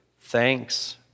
thanks